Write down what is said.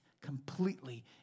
completely